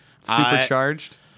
Supercharged